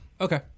Okay